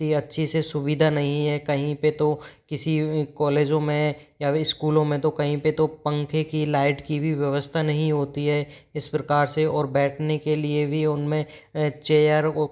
इतनी अच्छी से सुविधा नहीं है कहीं पर तो किसी कॉलेजों में या भी स्कूलों में तो कहीं पे तो पंखे की लाइट की भी व्यवस्था नहीं होती है इस प्रकार से और बैठने के लिए भी उनमें चेयर